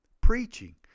preaching